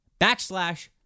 backslash